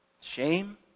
Shame